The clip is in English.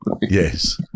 Yes